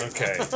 Okay